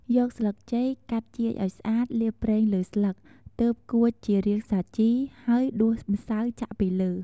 យកស្លឹកចេក កាត់ជាយឱ្យស្អាត លាបប្រេងលើស្លឹក ទើបគួចជារាងសាជី ហើយដួសម្សៅចាក់ពីលើ។